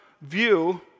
view